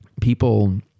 people